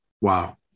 wow